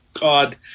God